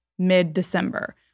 mid-December